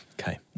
Okay